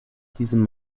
diesem